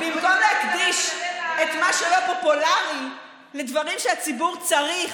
במקום להקדיש את מה שלא פופולרי לדברים שהציבור צריך,